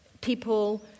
people